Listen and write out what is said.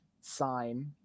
sign